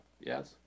yes